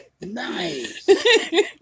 Nice